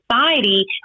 society